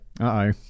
Uh-oh